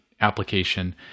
application